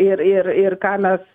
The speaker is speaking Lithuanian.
ir ir ir ką mes